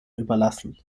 überlassen